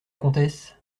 comtesse